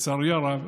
לצערי הרב,